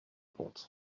compte